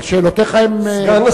אבל שאלותיך הן,